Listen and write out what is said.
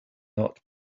not